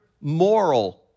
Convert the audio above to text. moral